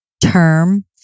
Term